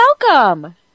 welcome